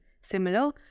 similar